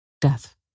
death